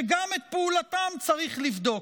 שגם את פעולתם צריך לבדוק.